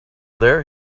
there